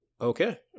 okay